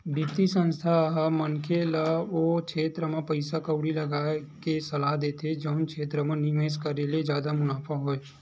बित्तीय संस्था ह मनखे मन ल ओ छेत्र म पइसा कउड़ी लगाय के सलाह देथे जउन क्षेत्र म निवेस करे ले जादा मुनाफा होवय